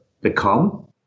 become